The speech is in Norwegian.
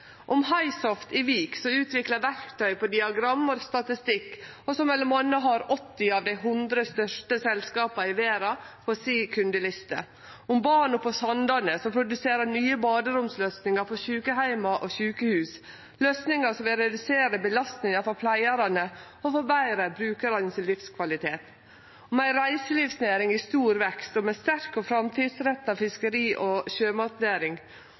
om Highsoft i Vik, som utviklar verktøy på diagram og statistikk, og som m.a. har 80 av dei 100 største selskapa i verda på kundelista si om Bano på Sandane, som produserer nye baderomsløysingar for sjukeheimar og sjukehus, løysingar som vil redusere belastninga for pleiarane og forbetre brukarane sin livskvalitet om ei reiselivsnæring i stor vekst om ei sterk og framtidsretta fiskeri- og sjømatnæring